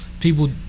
people